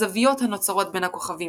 הזוויות הנוצרות בין הכוכבים,